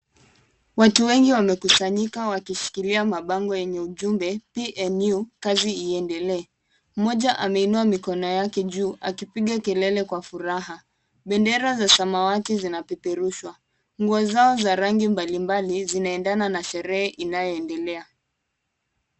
Watu wengi wamekusanyika wakishikilia mabango yenye ujumbe PNU kazi iendelee, mmoja ameinuwa mikono yake juu akipiga kelele kwa furaha, bendera za samawati zinapeperushwa, nguo zao za rangi mbali mbali zinaendana na sherehe inayoendelea.